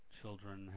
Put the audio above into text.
children